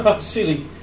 Silly